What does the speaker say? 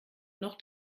noch